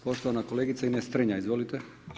Poštovana kolegice Ines Strenja, izvolite.